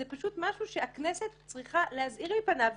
זה משהו שהכנסת צריכה להזהיר מפניו.